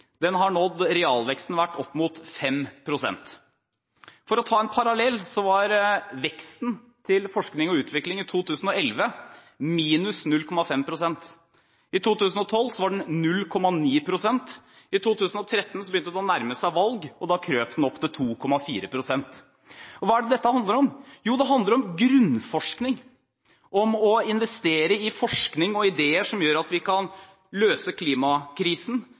den 0,9 pst. I 2013 begynte det å nærme seg valg, og da krøp den opp til 2,4 pst. Hva er det dette handler om? Jo, det handler om grunnforskning og om å investere i forskning og ideer som gjør at vi kan løse klimakrisen,